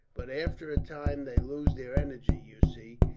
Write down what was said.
but after a time they lose their energy, you see,